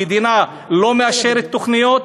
המדינה לא מאשרת תוכניות,